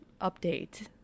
update